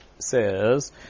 says